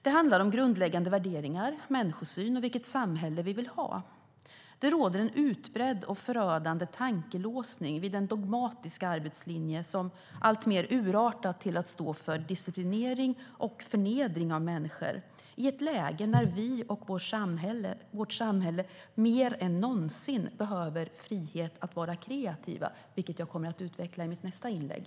Det handlar om grundläggande värderingar, om människosyn och om vilket samhälle vi vill ha. Det råder en utbredd och förödande tankelåsning vid en dogmatisk arbetslinje som alltmer har urartat till att stå för disciplinering och förnedring av människor i ett läge när vi och vårt samhälle mer än någonsin behöver frihet att vara kreativa. Detta kommer jag att utveckla i mitt nästa inlägg.